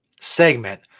segment